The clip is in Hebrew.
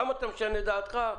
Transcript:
למה אתה משנה דעתך?